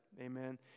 amen